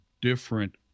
different